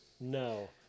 No